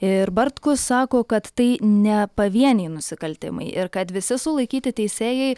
ir bartkus sako kad tai ne pavieniai nusikaltimai ir kad visi sulaikyti teisėjai